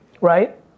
Right